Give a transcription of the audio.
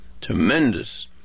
Tremendous